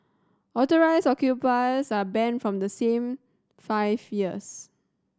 Authorised occupiers are banned from the same five years